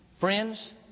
Friends